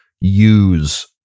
use